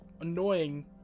annoying